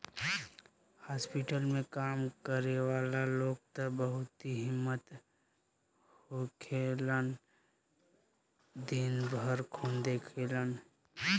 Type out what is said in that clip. hospital में काम करे वाला लोग त बहुत हिम्मती होखेलन दिन भर खून देखेले